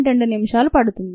2 నిమిషాలు పడుతుంది